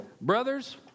Brothers